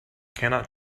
cannot